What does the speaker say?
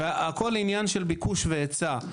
הכול עניין של ביקוש והיצע.